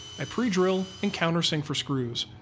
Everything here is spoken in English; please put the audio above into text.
i pre-drill and countersink for screws.